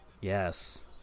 yes